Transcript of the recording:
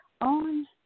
on